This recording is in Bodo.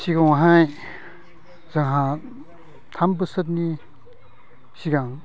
सिगांआवहाय जाहा थाम बोसोरनि सिगां